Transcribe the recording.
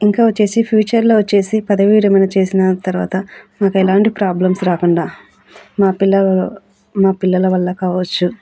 ఇంకా వచ్చేసి ఫ్యూచర్లో వచ్చేసి పదవి విరమణ చేసిన తర్వాత మాకు ఎలాంటి ప్రాబ్లమ్స్ రాకుండా మా పిల్ల మా పిల్లల వల్ల కావచ్చు